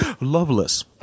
loveless